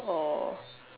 or